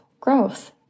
growth